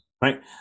right